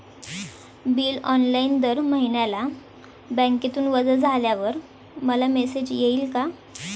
Bill online दर महिन्याला बँकेतून वजा झाल्यावर मला मेसेज येईल का?